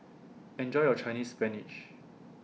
Enjoy your Chinese Spinach